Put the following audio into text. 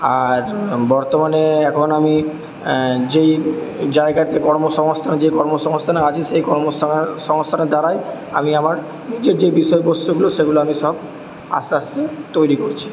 আর বর্তমানে এখন আমি যেই জায়গাতে কর্মসংস্থান যে কর্মসংস্থানে আছি সেই কর্ম সংস্থানের দ্বারাই আমি আমার যে যে বিষয়বস্তুগুলো সেগুলো আমি সব আস্তে আস্তে তৈরি করছি